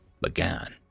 began